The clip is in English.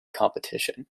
competition